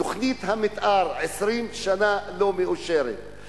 תוכנית המיתאר כבר 20 שנה לא מאושרת.